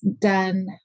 done